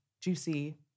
juicy